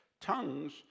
tongues